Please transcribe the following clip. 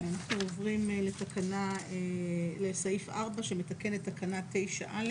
אנחנו עוברים לסעיף 4 שמתקן את תקנה 9א